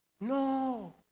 No